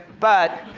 but,